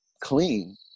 clean